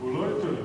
הוא לא ייתן לך.